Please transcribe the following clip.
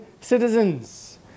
citizens